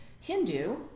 Hindu